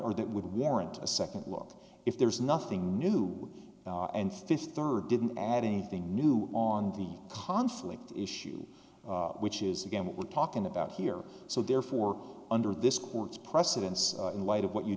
or that would warrant a second world if there is nothing new and fifth third didn't add anything new on the conflict issue which is again what we're talking about here so therefore under this court's precedents in light of what you